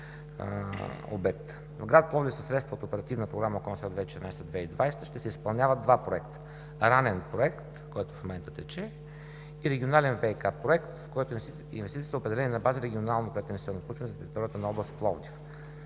обекта. В град Пловдив със средства от Оперативна програма „Околна среда 2014 – 2020“ ще се изпълняват два проекта: ранен проект, който в момента тече, и регионален ВиК проект, в който инвестициите са определени на база регионално прединвестиционно проучване за територията на област Пловдив.